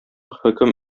хөкем